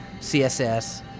CSS